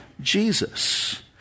Jesus